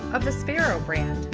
a vispero brand.